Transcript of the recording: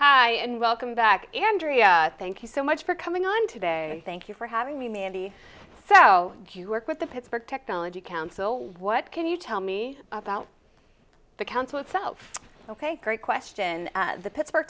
voice and welcome back andrea thank you so much for coming on today thank you for having me mandy how you work with the pittsburgh technology council what can you tell me about the council itself ok great question the pittsburgh